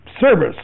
service